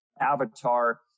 avatar